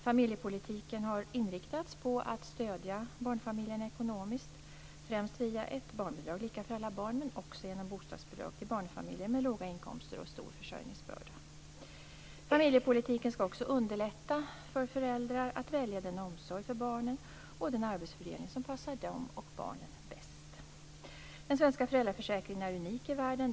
Familjepolitiken har inriktats på att stödja barnfamiljerna ekonomiskt, främst via ett barnbidrag lika för alla barn, men också genom bostadsbidrag till barnfamiljer med låga inkomster och stor försörjningsbörda. Familjepolitiken skall också underlätta för föräldrar att välja den omsorg för barnen och den arbetsfördelning som passar dem och barnen bäst. Den svenska föräldraförsäkringen är unik i världen.